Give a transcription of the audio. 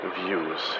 views